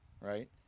right